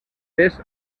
fes